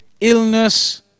illness